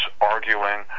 arguing